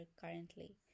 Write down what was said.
currently